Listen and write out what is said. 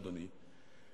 אדוני,